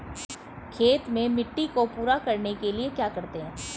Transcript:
खेत में मिट्टी को पूरा करने के लिए क्या करते हैं?